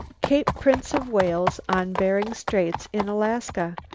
cape prince of wales, on bering straits in alaska.